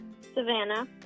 Savannah